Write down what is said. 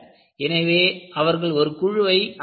எனவே அவர்கள் ஒரு குழுவை அமைத்தனர்